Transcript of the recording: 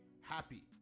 Happy